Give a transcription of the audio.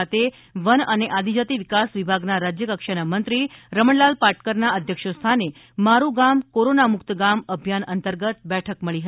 ખાતે વન અને આદિજાતિ વિકાસ વિભાગના રાજ્યટકક્ષાના મંત્રીશ્રી રમણલાલ પાટકરના અધ્ય ક્ષસ્થારને મારું ગામ કોરોના મુક્તર ગામ અભિયાન અંતર્ગત બેઠક મળી હતી